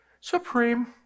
Supreme